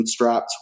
bootstrapped